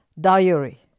diary